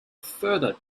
further